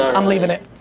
i'm leavin' it.